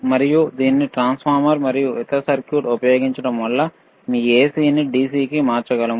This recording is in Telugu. మరియు దీనిని ట్రాన్స్ఫార్మర్ మరియు ఇతర సర్క్యూట్ ఉపయోగించడం వల్ల మీ AC ని DC కి మార్చగలము